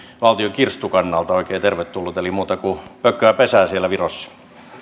valtion kirstun kannalta eli ei muuta kuin pökköä pesään siellä virossa